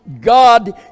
God